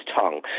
tongue